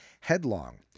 headlong